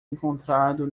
encontrado